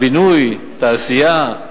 הבינוי, תעשייה,